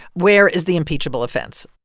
where is the impeachable offense?